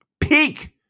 Peak